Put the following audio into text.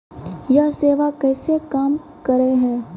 यह सेवा कैसे काम करै है?